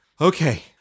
Okay